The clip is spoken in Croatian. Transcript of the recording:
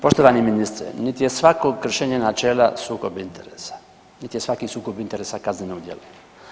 Poštovani ministre niti je svako kršenje načela sukob interesa, niti je svaki sukob interesa kazneno djelo.